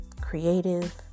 creative